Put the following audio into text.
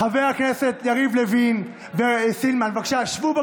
חברי הכנסת יריב לוין וסילמן, בבקשה, שבו.